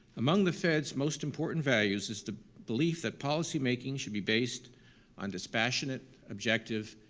among the fed's most important values is the belief that policymaking should be based on dispassionate, objective,